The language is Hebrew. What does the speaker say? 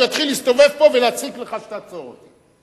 הוא יתחיל להסתובב פה ולהציק לך שתעצור אותי.